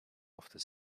after